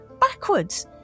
backwards